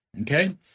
Okay